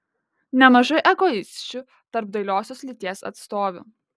nemažai egoisčių tarp dailiosios lyties atstovių